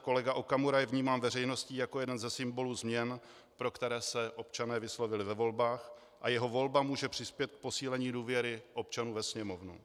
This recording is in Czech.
Kolega Okamura je vnímán veřejností jako jeden ze symbolů změn, pro které se občané vyslovili ve volbách, a jeho volba může přispět k posílení důvěry občanů ve Sněmovnu.